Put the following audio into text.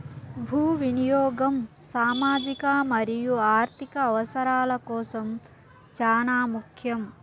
భూ వినియాగం సామాజిక మరియు ఆర్ధిక అవసరాల కోసం చానా ముఖ్యం